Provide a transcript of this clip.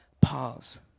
Pause